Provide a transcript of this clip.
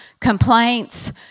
complaints